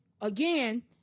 again